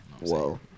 Whoa